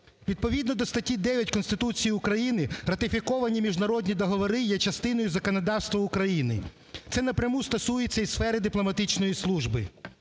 Відповідно до статті 9 Конституції України ратифіковані міжнародні договори є частиною законодавства України. Це напряму стосується у сфери дипломатичної служби.